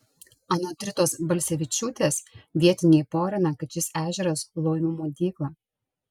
anot ritos balsevičiūtės vietiniai porina kad šis ežeras laumių maudykla